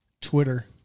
Twitter